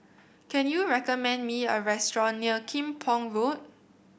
can you recommend me a restaurant near Kim Pong Road